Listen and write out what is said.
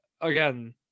again